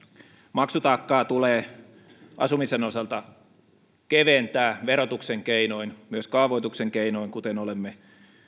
maksutaakkaa tulee asumisen osalta keventää verotuksen keinoin myös kaavoituksen keinoin kuten olemme